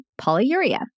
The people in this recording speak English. polyuria